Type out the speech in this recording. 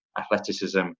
athleticism